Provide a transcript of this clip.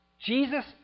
Jesus